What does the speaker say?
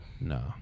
No